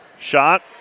Shot